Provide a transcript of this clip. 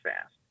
fast